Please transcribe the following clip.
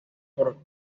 por